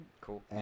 cool